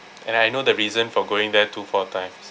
and I know the reason for going there two four times